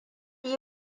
yi